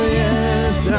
yes